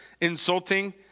insulting